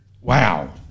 Wow